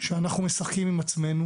שאנחנו משחקים עם עצמנו,